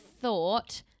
thought